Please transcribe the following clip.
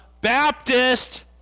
Baptist